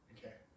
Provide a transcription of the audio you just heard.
Okay